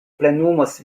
plenumos